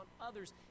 others